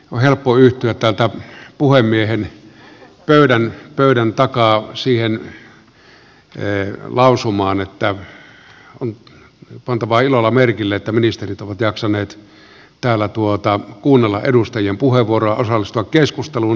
on helppo yhtyä täältä puhemiehen pöydän takaa siihen lausumaan että on pantava ilolla merkille että ministerit ovat jaksaneet täällä kuunnella edustajien puheenvuoroja osallistua keskusteluun